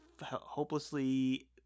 hopelessly